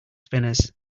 spinners